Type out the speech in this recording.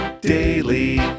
daily